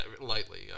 lightly